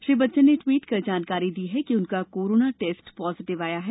श्री बच्चन ने टवीट कर जानकारी दी है कि उनका कोरोना टेस्ट पाजिटिव आया है